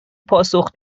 پاسخ